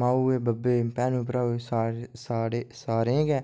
मां गी बब्बे गी भैनें भ्राऊ गी सारे साढ़े सारें गी